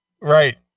Right